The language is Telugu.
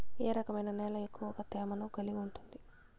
ఏ రకమైన నేల ఎక్కువ తేమను కలిగి ఉంటుంది?